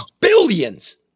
billions